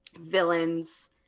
villains